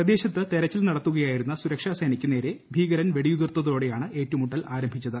പ്രദേശത്ത് തെരച്ചിൽ നടത്തുകയായിരുന്ന സുരക്ഷാസേനയ്ക്കു നേരെ ഭീകരർ വെടിയുതിർത്തോടെയാണ് ഏറ്റുമുട്ടൽ ആരംഭിച്ചത്